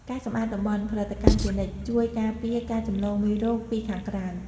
ការសម្អាតតំបន់ ផលិតកម្មជានិច្ច ជួយការពារការចម្លងមេរោគពីខាងក្រៅ។